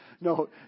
No